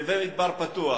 נווה-מדבר פתוח.